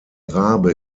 rabe